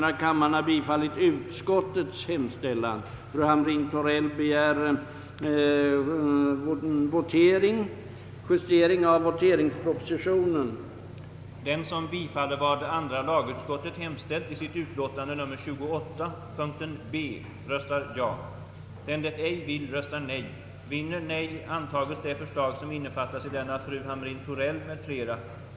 Jag kan politiskt förstå herr Persson. Men om vi i vårt samhälle skulle gå in för att här dra upp gränser för de olika friheterna med utgångspunkt från människors och organisationers politiska uppfattning, skrifters innehåll etc.